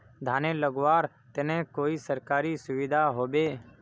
धानेर लगवार तने कोई सरकारी सुविधा होबे?